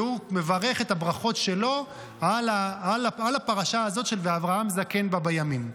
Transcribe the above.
והוא מברך את הברכות שלו על הפרשה הזאת של "ואברהם זקן בא בימים".